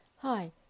Hi